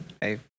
Hey